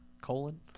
Colon